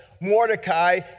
Mordecai